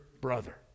brother